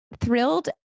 thrilled